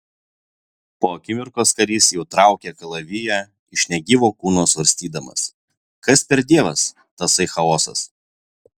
po akimirkos karys jau traukė kalaviją iš negyvo kūno svarstydamas kas per dievas tasai chaosas